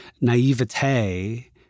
naivete